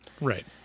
Right